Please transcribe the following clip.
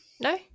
No